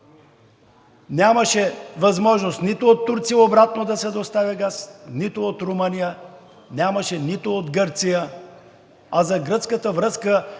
Нямаше възможност нито от Турция обратно да се достави газ, нито от Румъния, нито от Гърция, а за гръцката връзка